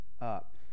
up